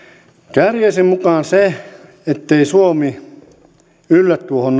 kääriäisen mukaan se ettei suomi yllä tuohon